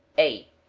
a,